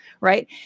right